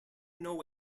know